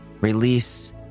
release